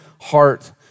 heart